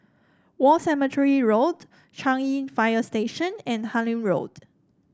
War Cemetery Road Changi Fire Station and Harlyn Road